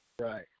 Right